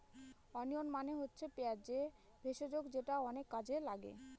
onion মানে হচ্ছে পেঁয়াজ যে ভেষজ যেটা অনেক কাজে লাগে